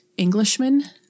Englishman